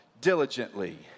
diligently